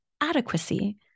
adequacy